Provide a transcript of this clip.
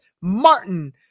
Martin